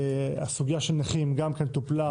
הסוגיה של נכים גם כן טופלה.